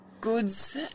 goods